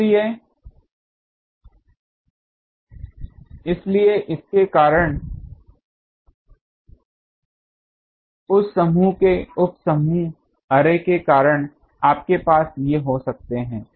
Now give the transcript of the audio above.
इसलिए इसके कारण उस समूह के उप समूह अर्रे के कारण आपके पास ये हो सकते हैं